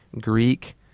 Greek